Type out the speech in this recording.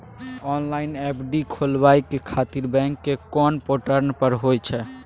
Online FD खोलाबय खातिर bank के कोन पोर्टल पर होए छै?